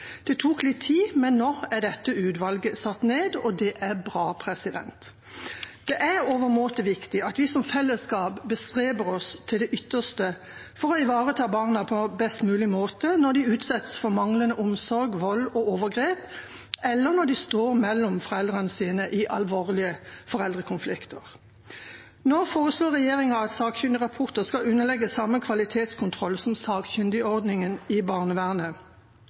Det tok litt tid, men nå er dette utvalget satt ned, og det er bra. Det er overmåte viktig at vi som fellesskap bestreber oss til det ytterste for å ivareta barna på best mulig måte når de utsettes for manglende omsorg, vold og overgrep, eller når de står mellom foreldrene sine i alvorlige foreldrekonflikter. Nå foreslår regjeringa at sakkyndigrapporter skal underlegges samme kvalitetskontroll som sakkyndigordningen i barnevernet,